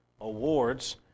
awards